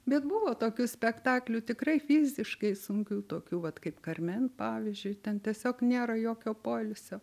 bet buvo tokių spektaklių tikrai fiziškai sunkių tokių vat kaip karmen pavyzdžiui ten tiesiog nėra jokio poilsio